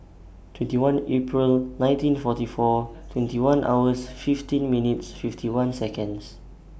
twenty one April nineteen forty four twenty one hours fifteen minutes fifty one Seconds